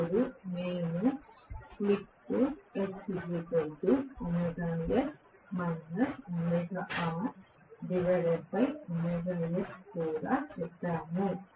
ఇప్పుడు మేము కూడా చెప్పాము